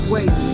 Wait